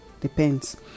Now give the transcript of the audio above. depends